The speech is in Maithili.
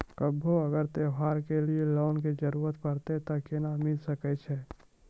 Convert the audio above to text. कभो अगर त्योहार के लिए लोन के जरूरत परतै तऽ केना मिल सकै छै?